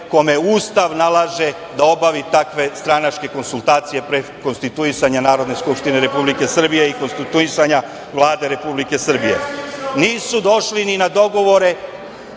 kome Ustav nalaže da obavi takve stranačke konsultacije pre konstituisanja Narodne skupštine Republike Srbije i konstituisanja Vlade Republike Srbije. Nisu došli ni na dogovore